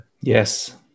Yes